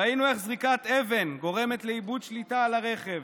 ראינו איך זריקת אבן גורמת לאיבוד שליטה על הרכב,